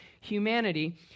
humanity